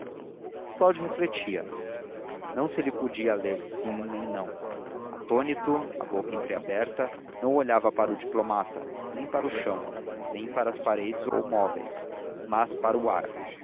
custódio refletia não se lhe podia ler sim nem não atônito a boca entreaberta não olhava para o diplomata nem para o chão nem para as paredes ou móveis mas para o ar